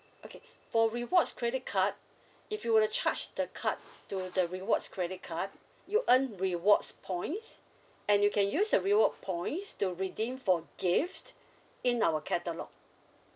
okay for rewards credit card if you were to charge the card to the rewards credit card you earn rewards points and you can use your reward points to redeem for gift in our catalogue